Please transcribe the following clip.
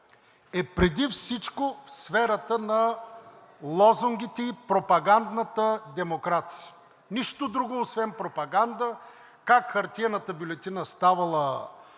е преди всичко в сферата на лозунгите и пропагандната демокрация. Нищо друго освен пропаганда – как хартиената бюлетина ставала